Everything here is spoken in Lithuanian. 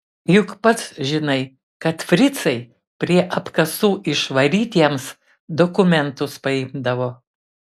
juk pats žinai kad fricai prie apkasų išvarytiems dokumentus paimdavo